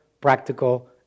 practical